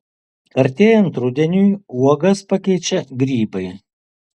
artėjant rudeniui uogas pakeičia grybai